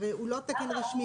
הרי הוא לא תקן רשמי.